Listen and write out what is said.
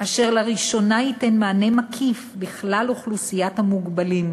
אשר לראשונה ייתן מענה מקיף בכלל אוכלוסיית המוגבלים,